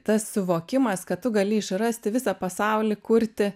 tas suvokimas kad tu gali išrasti visą pasaulį kurti